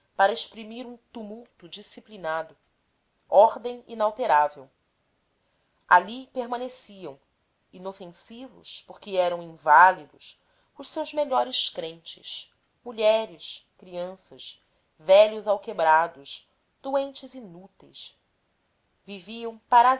para exprimir um tumulto disciplinado ordem inalterável ali permaneciam inofensivos porque eram inválidos os seus melhores crentes mulheres crianças velhos alquebrados doentes inúteis viviam